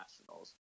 Nationals